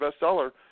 bestseller